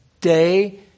Day